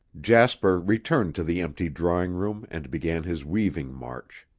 jasper returned to the empty drawing-room and began his weaving march.